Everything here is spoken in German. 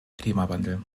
klimawandel